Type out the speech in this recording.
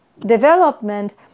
development